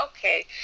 okay